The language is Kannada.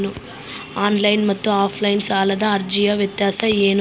ಆನ್ಲೈನ್ ಮತ್ತು ಆಫ್ಲೈನ್ ಸಾಲದ ಅರ್ಜಿಯ ವ್ಯತ್ಯಾಸ ಏನು?